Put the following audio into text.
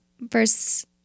verse